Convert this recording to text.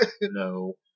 No